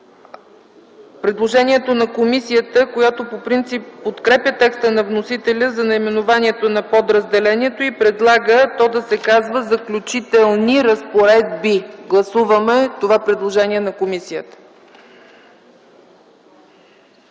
предложението на комисията, която по принцип подкрепя текста на вносителя за наименованието на подразделението и предлага то да се казва „Заключителни разпоредби”. Гласуваме това предложение на комисията.